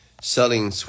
selling